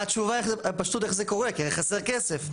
התשובה פשוט איך זה קורה, כי הרי חסר כסף.